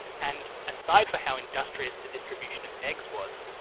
and aside for how industrious the distribution of eggs was,